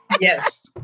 Yes